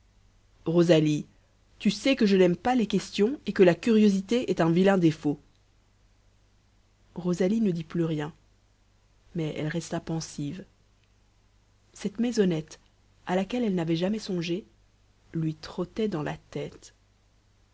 rosalie tu sais que je n'aime pas les questions et que la curiosité est un vilain défaut rosalie ne dit plus rien mais elle resta pensive cette maisonnette à laquelle elle n'avait jamais songé lui trottait dans la tête